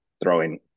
throwing